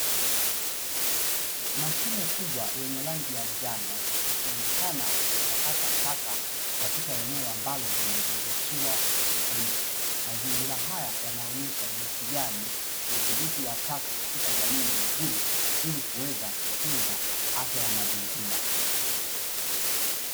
Mashine kubwa yenye rangi ya njano ikionekana ikichakata taka katika eneo ambalo limezungushiwa uzio, mazingira haya yanaonesha jinsi gani udhibiti wa taka katika jamii ni muhimu, ili kuweza kutunza afya ya mazingira.